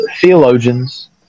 theologians